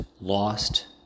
lost